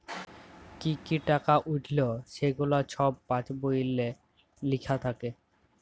কি কি টাকা উইঠল ছেগুলা ছব পাস্ বইলে লিখ্যা থ্যাকে